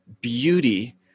beauty